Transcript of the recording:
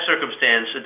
circumstance